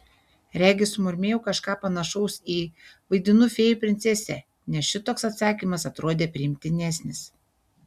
regis sumurmėjau kažką panašaus į vaidinu fėjų princesę nes šitoks atsakymas atrodė priimtinesnis